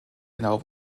genau